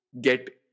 get